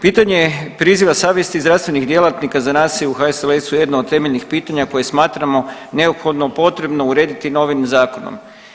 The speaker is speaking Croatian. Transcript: Pitanje priziva savjesti zdravstvenih djelatnika za nas je u HSLS-u jedno od temeljnih pitanja koje smatramo neophodno potrebno urediti novim zakonom.